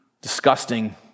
disgusting